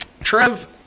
Trev